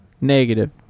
negative